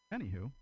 Anywho